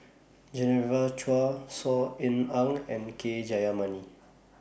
Genevieve Chua Saw Ean Ang and K Jayamani